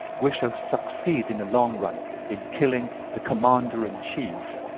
we shall succeed in the long run in killing the commander-in-chief.